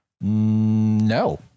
No